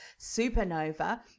Supernova